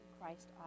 Christ